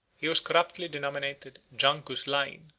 he was corruptly denominated jancus lain,